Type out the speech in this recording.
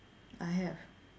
I have